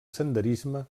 senderisme